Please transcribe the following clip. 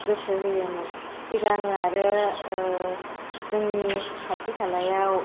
गोसो होयोमोन सिगां आरो जोंनि खाथि खालायाव